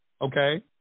Okay